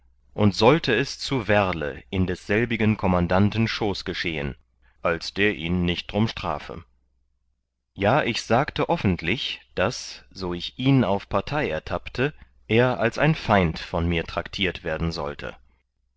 und sollte es zu werle in desselbigen kommandanten schoß geschehen als der ihn nicht drum strafe ja ich sagte offentlich daß so ich ihn auf partei ertappte er als ein feind von mir traktiert werden sollte